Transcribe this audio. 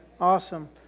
Awesome